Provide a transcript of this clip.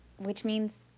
which means.